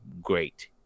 great